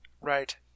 Right